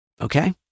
Okay